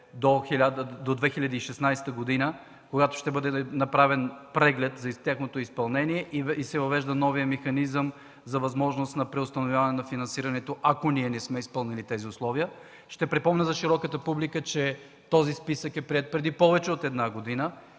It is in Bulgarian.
до 2016 г.? Тогава ще бъде направен преглед за тяхното изпълнение и се въвежда новият механизъм – възможност за преустановяване на финансирането, ако ние не сме изпълнили тези условия. Ще припомня за широката публика, че този списък е приет преди повече от една година